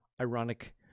ironic